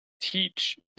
teach